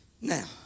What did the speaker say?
Now